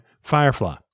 Firefly